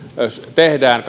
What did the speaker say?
tehdään